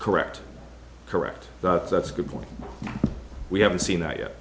correct correct not that's a good point we haven't seen that yet